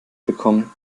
bekommen